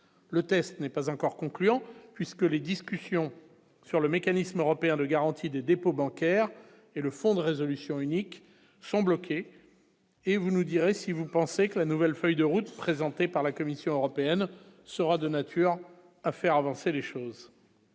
le test n'est pas encore conclure puisque les discussions sur le mécanisme européen de garantie des dépôts bancaires et le fonds de résolution unique sont bloquées et vous nous direz si vous pensez que la nouvelle feuille de route, présentée par la Commission européenne sera de nature à faire avancer les choses,